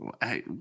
Hey